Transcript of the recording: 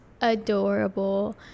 adorable